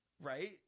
Right